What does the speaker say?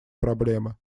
проблемы